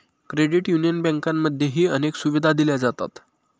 credit union बँकांमध्येही अनेक सुविधा दिल्या जातात